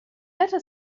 letter